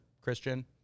Christian